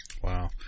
Wow